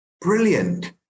brilliant